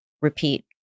repeat